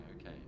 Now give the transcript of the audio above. Okay